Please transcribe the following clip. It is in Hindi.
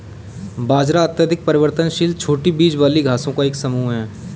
बाजरा अत्यधिक परिवर्तनशील छोटी बीज वाली घासों का एक समूह है